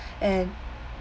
and